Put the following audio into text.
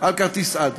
על כרטיס "אדי".